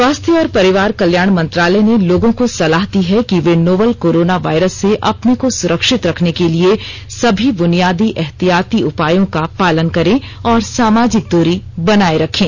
स्वास्थ्य और परिवार कल्याण मंत्रालय ने लोगों को सलाह दी है कि वे नोवल कोरोना वायरस से अपने को सुरक्षित रखने के लिए सभी बुनियादी एहतियाती उपायों का पालन करें और सामाजिक दूरी बनाए रखें